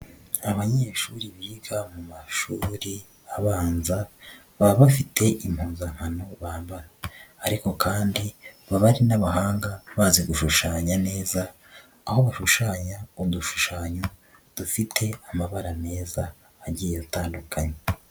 Abanyeshuri biga mu mashuri abanza, baba bafite impuzankano bambara, ariko kandi baba ari n'abahanga bazi gushushanya neza, aho bashushanya udushushanyo dufite amabara meza agiye atandukanye.